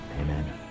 amen